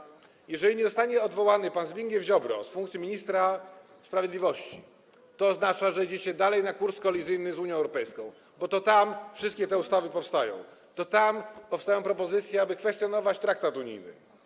Jeżeli pan Zbigniew Ziobro nie zostanie odwołany z funkcji ministra sprawiedliwości, to oznacza, że idziecie dalej na kurs kolizyjny z Unią Europejską, bo to tam wszystkie te ustawy powstają, to tam powstają propozycje, aby kwestionować traktat unijny.